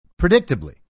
predictably